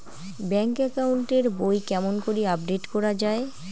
Bank account এর বই কেমন করি আপডেট করা য়ায়?